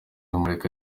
imurika